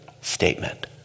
statement